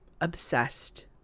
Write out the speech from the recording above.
obsessed